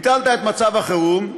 ביטלת את מצב החירום,